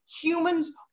Humans